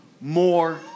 more